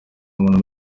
umuntu